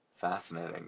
Fascinating